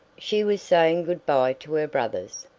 she was saying good-bye to her brothers,